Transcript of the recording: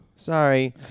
Sorry